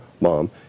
mom